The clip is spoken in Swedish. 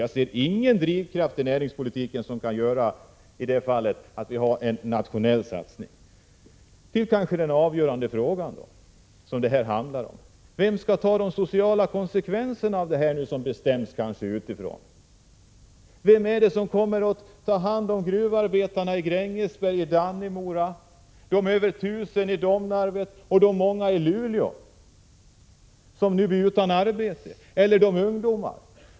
Jag ser ingen drivkraft i näringspolitiken som gör att vi i det fallet får en nationell satsning. Till den avgörande frågan. Vem skall ta de sociala konsekvenserna av de beslut som kommer utifrån? Vem kommer att ta hand om gruvarbetarna i Grängesberg, Dannemora, de över tusen arbetarna i Domnarvet och de många i Luleå som nu blir utan arbete? Vem tar hand om ungdomarna?